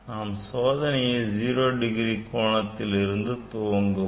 நாம் சோதனையை 0 டிகிரி கோணத்திலிருந்து துவங்குவோம்